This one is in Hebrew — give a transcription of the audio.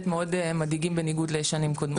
מאוד מדאיגים בניגוד לשנים קודמות.